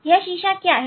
यह शीशा क्या है